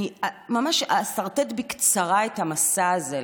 אני ממש אסרטט בקצרה את המסע הזה.